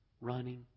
running